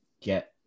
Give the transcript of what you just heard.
get